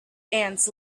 ants